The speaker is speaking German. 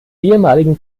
ehemaligen